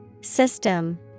System